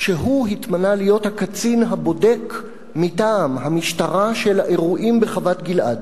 שהוא התמנה להיות הקצין הבודק מטעם המשטרה של האירועים בחוות-גלעד.